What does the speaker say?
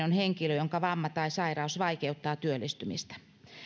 on henkilö jonka vamma tai sairaus vaikeuttaa työllistymistä